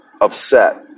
upset